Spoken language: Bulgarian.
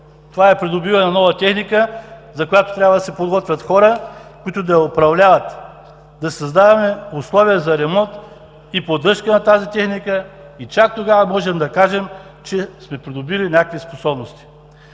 Това е придобиване на нова техника, за която трябва да се подготвят хора, които да я управляват. Да създаваме условия за ремонт и поддръжка на тази техника и чак тогава можем да кажем, че сме придобили някакви способности.